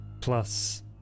plus